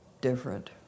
different